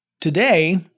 Today